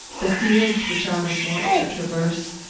the fields which i was wont to traverse,